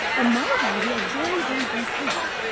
in my view, we are very, very brief things.